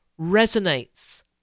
resonates